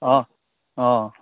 অঁ অঁ